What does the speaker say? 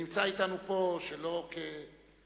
נמצא אתנו פה, שלא כקודמיו,